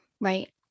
right